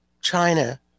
China